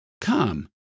Come